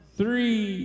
three